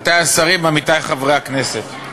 עמיתי השרים, עמיתי חברי הכנסת,